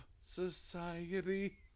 society